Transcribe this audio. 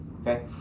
Okay